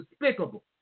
despicable